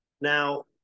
Now